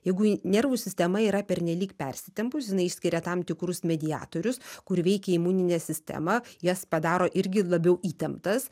jeigu nervų sistema yra pernelyg persitempus jinai išskiria tam tikrus mediatorius kur veikia imuninę sistemą jas padaro irgi labiau įtemptas